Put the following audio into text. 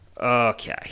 okay